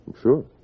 Sure